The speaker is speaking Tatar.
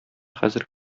хәзер